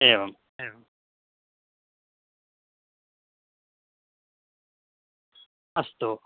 एवम् एवम् अस्तु